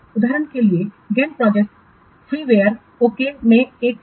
उदाहरण के लिए गैंट प्रोजेक्ट फ्रीवेयर ओके में से एक है